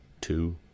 two